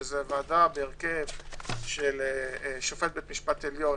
שהיא ועדה בהרכב של שופט בית המשפט העליון,